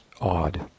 odd